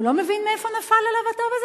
הוא לא מבין מאיפה נפל עליו הטוב הזה,